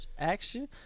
action